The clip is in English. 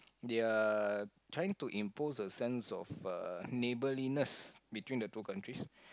they are trying to impose a sense of uh neighborliness between the two countries